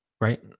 right